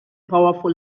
powerful